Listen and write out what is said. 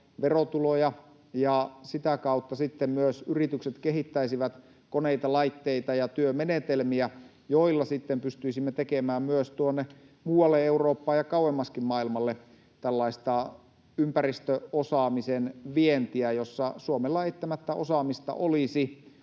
sitä kautta sitten myös yritykset kehittäisivät koneita, laitteita ja työmenetelmiä, joilla sitten pystyisimme tekemään myös tuonne muualle Eurooppaan ja kauemmaskin maailmalle tällaista ympäristöosaamisen vientiä, jossa Suomella eittämättä osaamista olisi,